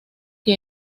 que